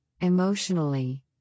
emotionally